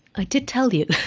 i did tell you.